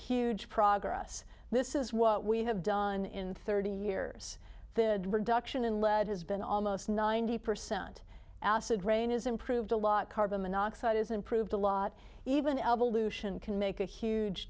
huge progress this is what we have done in thirty years the reduction in lead has been almost ninety percent acid rain is improved a lot carbon monoxide is improved a lot even evolution can make a huge